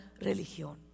religión